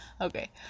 Okay